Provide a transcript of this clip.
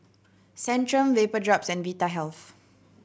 Centrum Vapodrops and Vitahealth